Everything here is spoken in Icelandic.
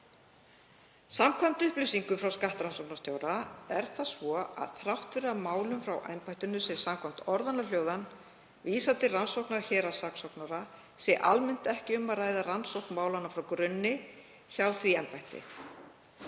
Samkvæmt upplýsingum frá skattrannsóknarstjóra er það svo að þrátt fyrir að málum frá embættinu sé samkvæmt orðanna hljóðan vísað til rannsóknar héraðssaksóknara sé almennt ekki um að ræða rannsókn málanna frá grunni hjá því embætti.